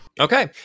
Okay